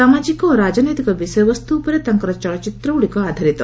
ସାମାଜିକ ଓ ରାଜନୈତିକ ବିଷୟବସ୍ତୁ ଉପରେ ତାଙ୍କର ଚଳଚ୍ଚିତ୍ରଗୁଡ଼ିକ ଆଧାରିତ